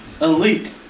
Elite